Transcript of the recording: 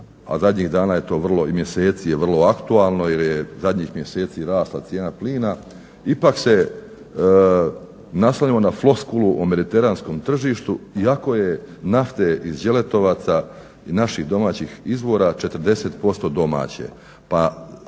a zadnjih mjeseci i dana je to vrlo aktualno jer je zadnjih mjeseci rasla cijena plina, ipak se naslanjamo na floskulu o mediteranskom tržištu, iako je nafte iz Đeletovaca i naših domaćih izvora 40% domaće.